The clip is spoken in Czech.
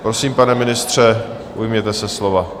Prosím, pane ministře, ujměte se slova.